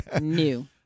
New